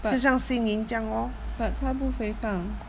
but but 他不肥胖